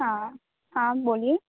હઅ હા બોલીએ